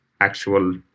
actual